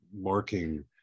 marking